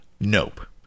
Nope